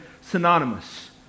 synonymous